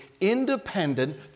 independent